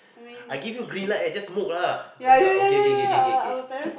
I give you green light eh just smoke lah oh okay kay kay kay kay kay